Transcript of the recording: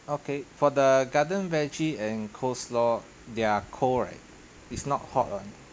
okay for the garden veggie and coleslaw they are cold right is not hot one